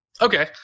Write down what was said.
Okay